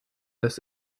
des